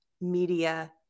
media